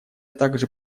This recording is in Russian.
также